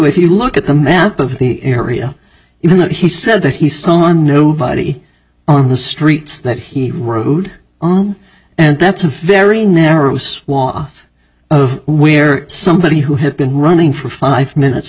if you look at the map of the area even though he said that he saw nobody on the streets that he rode on and that's a very narrow swath of where somebody who had been running for five minutes